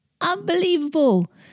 Unbelievable